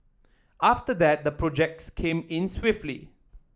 after that the projects came in swiftly